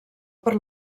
per